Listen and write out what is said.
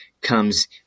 comes